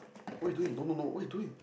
what you doing no no no what you doing